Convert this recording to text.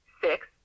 six